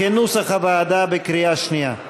כנוסח הוועדה, בקריאה שנייה.